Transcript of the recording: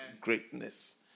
greatness